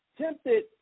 tempted